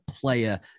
player